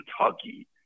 Kentucky